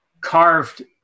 carved